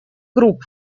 групп